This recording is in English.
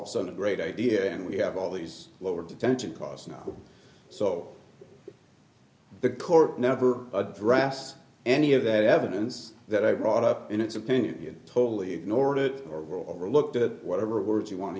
o a great idea and we have all these lower detention costs now so the court never addressed any of that evidence that i brought up in its opinion you totally ignored it or over looked at whatever words you want to